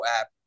app